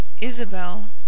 Isabel